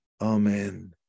Amen